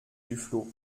duflot